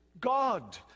God